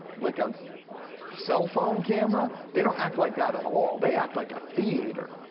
like a cell phone camera. they don't act like that at all. they act like a theater.